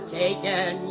taken